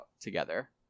together